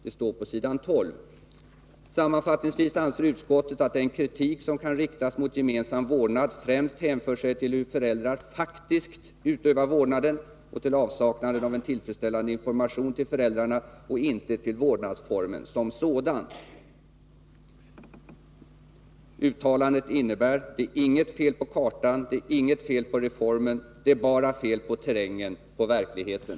På s. 12 heter det: ”Sammanfattningsvis anser utskottet att den kritik som kan riktas mot gemensam vårdnad främst hänför sig till hur föräldrar faktiskt utövar vårdnaden och till avsaknaden av en tillfredsställande information till föräldrarna och inte till vårdnadsformen som sådan.” Uttalandet innebär: Det är inget fel på kartan, det är inget fel på reformen, det är bara fel på terrängen, på verkligheten.